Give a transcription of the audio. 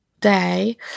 day